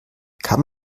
kann